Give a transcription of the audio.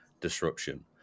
disruption